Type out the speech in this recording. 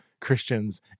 Christians